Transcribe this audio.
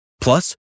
Plus